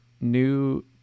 new